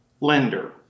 lender